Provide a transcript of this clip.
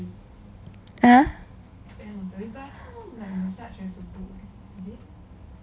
!huh!